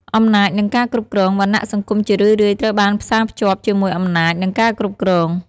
អំណាច និងការគ្រប់គ្រង វណ្ណៈសង្គមជារឿយៗត្រូវបានផ្សារភ្ជាប់ជាមួយអំណាច និងការគ្រប់គ្រង។